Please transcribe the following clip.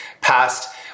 past